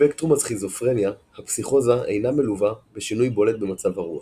בספקטרום הסכיזופרניה הפסיכוזה אינה מלווה בשינוי בולט במצב הרוח.